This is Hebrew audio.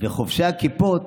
וחובשי הכיפות